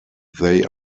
they